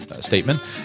statement